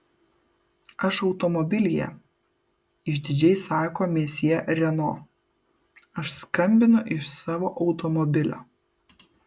aš automobilyje išdidžiai sako mesjė reno aš skambinu iš savo automobilio